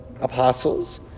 apostles